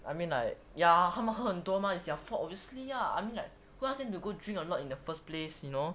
I mean like ya 他们喝很多 mah it's their fault obviously lah I mean like who ask them to go drink a lot in the first place you know